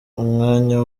umwanya